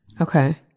Okay